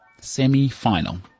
semi-final